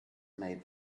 made